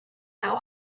how